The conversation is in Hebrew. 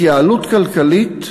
התייעלות כלכלית,